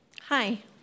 Hi